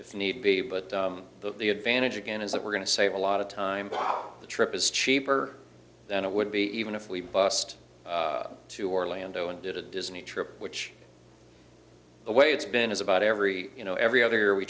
need be but the advantage again is that we're going to save a lot of time by the trip is cheaper than it would be even if we bussed to orlando and did a disney trip which the way it's been is about every you know every other year we